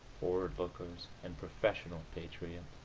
forward-lookers and professional patriots!